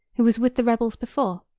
who was with the rebels before.